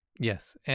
Yes